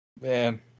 Man